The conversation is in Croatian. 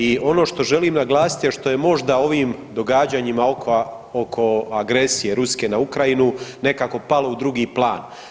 I ono što želim naglasiti, a što je možda ovim događanjima oko agresije Ruske na Ukrajinu nekako palo u drugi plan.